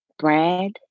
Brad